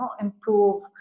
improve